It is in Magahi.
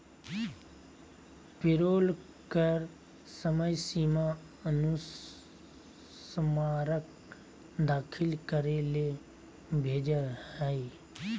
पेरोल कर समय सीमा अनुस्मारक दाखिल करे ले भेजय हइ